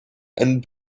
and